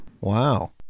Wow